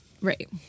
Right